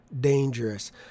dangerous